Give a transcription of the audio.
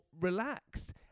relaxed